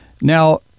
Now